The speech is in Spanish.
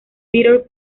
peter